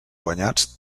guanyats